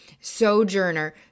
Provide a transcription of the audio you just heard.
Sojourner